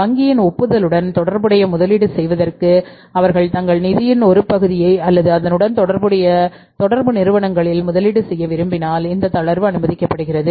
வங்கியின் ஒப்புதலுடன் தொடர்புடைய முதலீடு செய்வதற்கு அவர்கள் தங்கள் நிதியில் ஒரு பகுதியை அல்லது அதனுடன் தொடர்புடைய தொடர்பு நிறுவனங்களில் முதலீடு செய்ய விரும்பினால் இந்த தளர்வு அனுமதிக்கப்படுகிறது